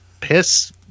piss